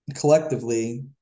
collectively